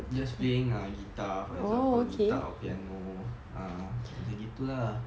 just playing err guitar for example guitar or piano ah macam gitu lah